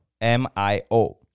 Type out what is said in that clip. M-I-O